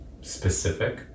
specific